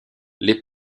les